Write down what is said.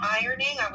ironing